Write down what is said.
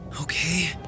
Okay